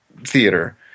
theater